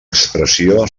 expressió